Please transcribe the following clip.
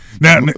Now